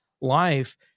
life